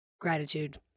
Gratitude